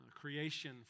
creation